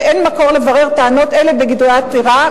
ואין מקום לברר טענות אלה בגדרי עתירה.